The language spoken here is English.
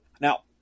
Now